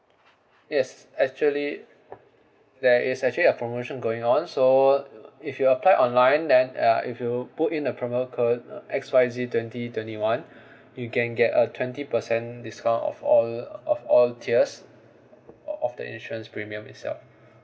yes actually there is actually a promotion going on so uh if you apply online then uh if you put in the promo code X Y Z twenty twenty one you can get a twenty percent discount of all of all tiers of the insurance premium itself